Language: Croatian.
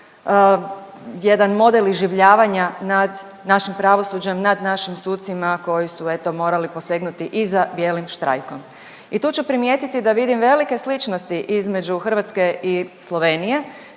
jedan model iživljavanja nad našim pravosuđem, nad našim sucima koji su eto morali posegnuti i za bijelim štrajkom i tu ću primijetiti da vidim velike sličnosti između Hrvatske i Slovenije